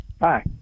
Hi